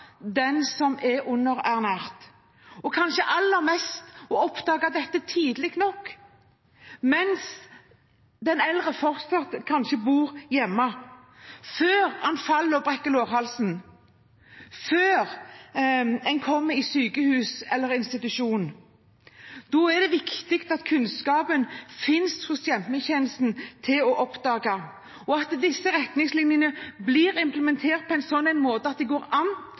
dette tidlig nok – mens den eldre kanskje fortsatt bor hjemme, før vedkommende faller og brekker lårhalsen, før vedkommende kommer på sykehus eller institusjon. Da er det viktig at kunnskapen til å oppdage finnes hos hjemmetjenesten, og at disse retningslinjene blir implementert på en slik måte at de går